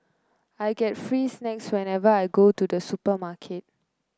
I get free snacks whenever I go to the supermarket